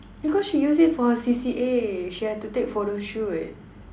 because she use it for her C_C_A she had to take photo shoot